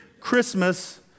Christmas